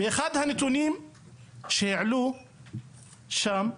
ושני הנתונים שעלו שם: